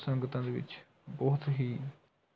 ਸੰਗਤਾਂ ਦੇ ਵਿੱਚ ਬਹੁਤ ਹੀ